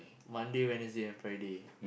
Monday Wednesday and Friday